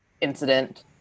incident